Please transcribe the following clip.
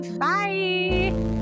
Bye